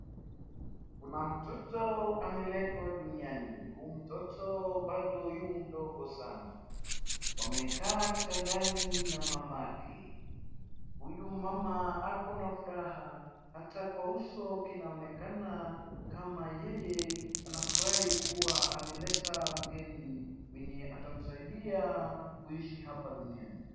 Kuna mtoto ameletwa duniani, huyu mtoto bado yu mdogo sana. Wamekaa kitandani na mamake. Huyu mama ako na furaha, hata kwa uso inaonekana kama yeye anafurahi kuwa ameleta mgeni mwenye atamsaidia kuishi hapa duniani.